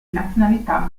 nazionalità